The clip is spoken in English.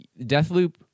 Deathloop